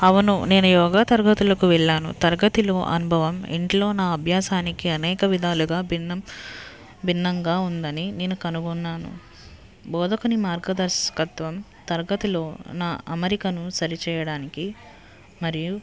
అవును నేను యోగా తరగతులకు వెళ్ళాను తరగతిలో అనుభవం ఇంట్లో నా అభ్యాసానికి అనేక విధాలుగా భిన్నం భిన్నంగా ఉందని నేను కనుగొన్నాను బోధకుని మార్గదర్శకత్వం తరగతిలో నా అమెరికను సరిచేయడానికి మరియు